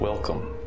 Welcome